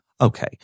Okay